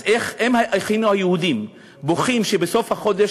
אז אם אחינו היהודים בוכים בסוף החודש